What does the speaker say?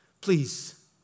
please